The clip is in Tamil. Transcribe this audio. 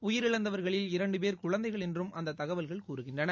உயிரிழந்தவர்களில் இரண்டு பேர் குழந்தைகள் என்றும் அந்த தகவல்கள் கூறுகின்றன